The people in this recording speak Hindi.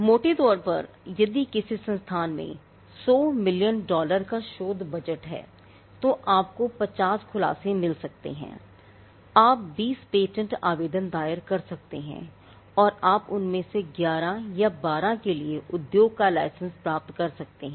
मोटे तौर पर यदि किसी संस्थान में 100 मिलियन डॉलर का शोध बजट है तो आपको 50 खुलासे मिल सकते हैं आप 20 पेटेंट आवेदन दायर कर सकते हैं और आप उनमें से 11 या 12 के लिए उद्योग का लाइसेंस प्राप्त कर सकते हैं